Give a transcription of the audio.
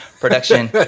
production